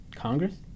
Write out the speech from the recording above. Congress